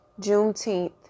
Juneteenth